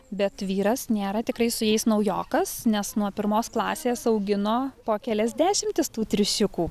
bet vyras nėra tikrai su jais naujokas nes nuo pirmos klasės augino po kelias dešimtis tų triušiukų